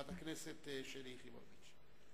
חברת הכנסת שלי יחימוביץ.